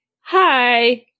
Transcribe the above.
Hi